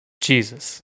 Jesus